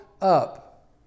up